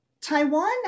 Taiwan